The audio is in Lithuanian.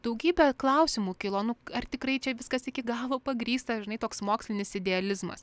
daugybė klausimų kilo nu ar tikrai čia viskas iki galo pagrįsta žinai toks mokslinis idealizmas